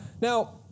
Now